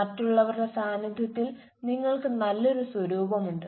മറ്റുള്ളവരുടെ സാന്നിധ്യത്തിൽ നിങ്ങൾക്ക് നല്ലൊരു സ്വരൂപമുണ്ട്